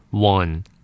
One